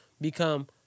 become